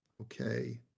Okay